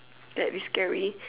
that'd be scary